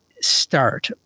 start